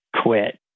quit